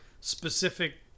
specific